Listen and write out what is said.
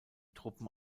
truppen